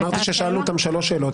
אמרתי ששאלנו אותם שלוש שאלות.